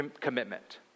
commitment